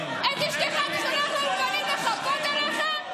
את אשתך אתה שולח לאולפנים לחפות עליך?